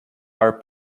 are